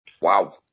Wow